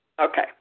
okay